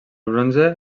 bronze